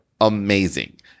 amazing